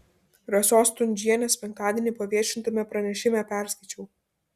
rasos stundžienės penktadienį paviešintame pranešime perskaičiau